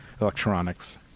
electronics